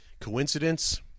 coincidence